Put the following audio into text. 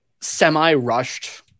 semi-rushed